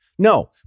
No